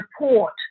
report